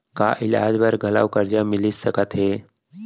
का इलाज बर घलव करजा मिलिस सकत हे?